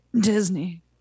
Disney